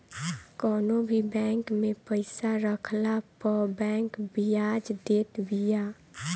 कवनो भी बैंक में पईसा रखला पअ बैंक बियाज देत बिया